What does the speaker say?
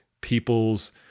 people's